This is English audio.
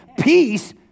Peace